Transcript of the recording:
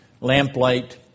lamplight